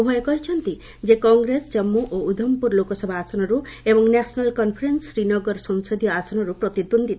ଉଭୟ କହିଛନ୍ତି ଯେ କଂଗ୍ରେସ ଜାନ୍ମୁ ଓ ଉଧମପୁର ଲୋକସଭା ଆସନରୁ ଏବଂ ନ୍ୟାସନାଲ୍ କନ୍ଫରେନ୍ସ ଶ୍ରୀନଗର ସଂସଦୀୟ ଆସନରୁ ପ୍ରତିଦ୍ୱନ୍ଦ୍ୱିତା କରିବେ